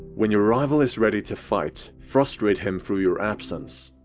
when your rival is ready to fight, frustrate him through your absence.